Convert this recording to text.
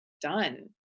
done